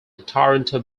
toronto